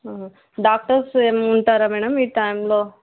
doctors ఏం ఉంటారా madam ఈ టైంలో